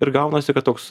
ir gaunasi kad toks